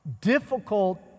Difficult